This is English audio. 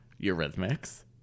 Eurythmics